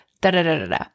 da-da-da-da-da